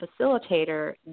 facilitator